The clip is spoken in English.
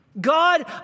God